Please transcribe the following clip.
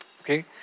Okay